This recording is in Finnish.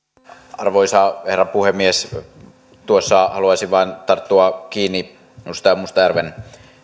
arvoisa herra puhemies haluaisin vain tarttua kiinni edustaja mustajärven